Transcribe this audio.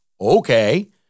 Okay